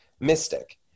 mystic